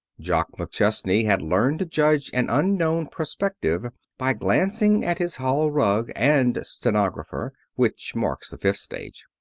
jock mcchesney had learned to judge an unknown prospective by glancing at his hall rug and stenographer, which marks the fifth stage.